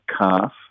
calf